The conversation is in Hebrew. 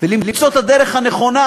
ולמצוא את הדרך הנכונה,